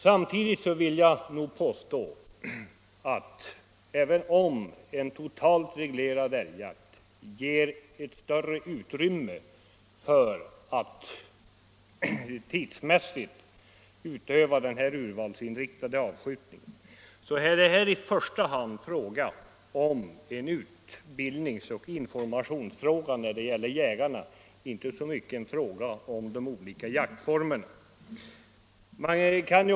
Samtidigt vill jag påstå att även om en totalt reglerad älgjakt ger ett större utrymme för att tidsmässigt utöva den här urvalsinriktade avskjutningen, är det i första hand fråga om utbildning och information åt jägarna och inte så mycket fråga om de olika jaktformerna.